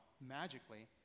magically